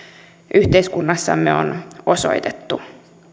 yhteiskunnassamme on osoitettu